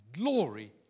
glory